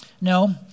No